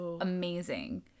amazing